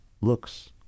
looks